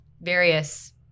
various